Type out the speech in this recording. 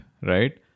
right